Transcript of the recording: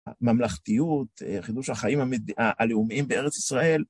הממלכתיות, חידוש החיים הלאומיים בארץ ישראל.